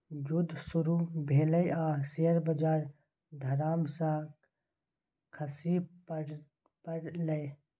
जुद्ध शुरू भेलै आ शेयर बजार धड़ाम सँ खसि पड़लै